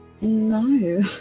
No